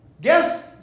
Guess